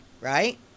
right